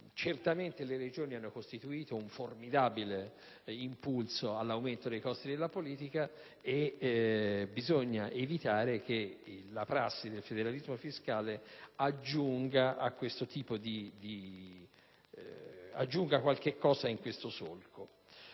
Certamente le Regioni hanno costituito un formidabile impulso all'aumento dei costi della politica e bisogna evitare che la prassi del federalismo fiscale aggiunga qualcosa in questo solco.